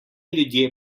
ljudje